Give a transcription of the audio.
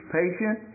patient